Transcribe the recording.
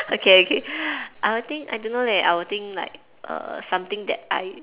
okay okay I think I don't know leh I will think like err something that I